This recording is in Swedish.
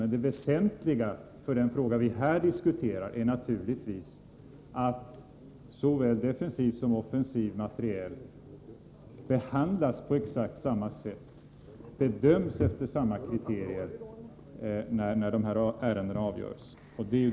Men det väsentliga för den fråga vi här diskuterar är naturligtvis att såväl defensiv som offensiv materiel behandlas på exakt samma sätt, bedöms efter samma kriterier när ärendena avgörs.